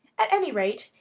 at any rate,